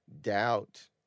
doubt